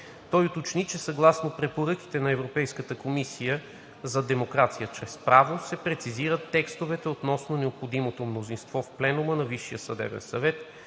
Той уточни, че съгласно препоръките на Европейската комисия за демокрация чрез право се прецизират текстовете относно необходимото мнозинство в пленума на